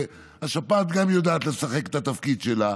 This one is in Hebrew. וגם השפעת יודעת לשחק את התפקיד שלה.